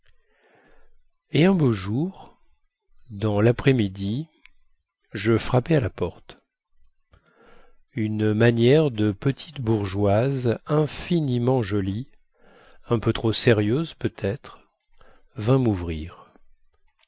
et un beau jour dans laprès midi je frappai à la porte une manière de petite bourgeoise infiniment jolie un peu trop sérieuse peut-être vint mouvrir